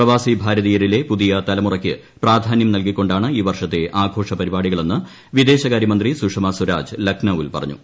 പ്രവാസി ഭാരതീയരിലെ പുതിയ തലമുറയ്ക്ക് പ്രാധാന്യം നൽകി കൊണ്ടാണ് ഈ വർഷത്തെ ആഘോഷ പരിപാടികളെന്ന് വിദേശകാര്യമന്ത്രി സുഷമ സ്വരാജ് ലക്നൌവിൽ പറഞ്ഞു